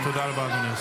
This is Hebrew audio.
--- תודה רבה, אדוני השר.